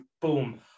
boom